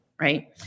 right